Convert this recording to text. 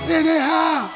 anyhow